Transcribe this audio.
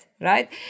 right